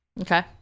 Okay